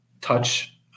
touch